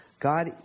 God